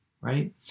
right